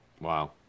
Wow